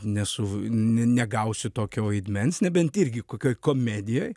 nesu negausiu tokio vaidmens nebent irgi kokioj komedijoj